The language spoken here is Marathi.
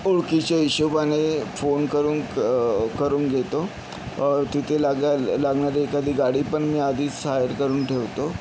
ओळखीच्या हिशोबाने फोन करून क करून घेतो तिथे लागल लागणारी एखादी गाडी पण मी आधीच हायर करून ठेवतो